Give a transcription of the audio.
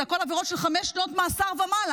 זה הכול עבירות של חמש שנות מאסר ומעלה.